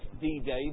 D-Day